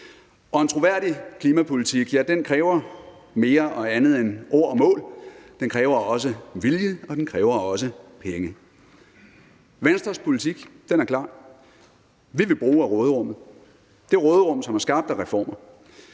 en troværdig klimapolitik kræver mere og andet end ord om mål, for den kræver også vilje og den kræver også penge. Venstres politik er klar: Vi vil bruge af råderummet, det råderum, som er skabt af reformer.